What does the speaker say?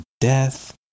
death